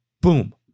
boom